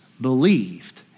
believed